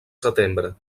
setembre